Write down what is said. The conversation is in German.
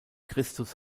christus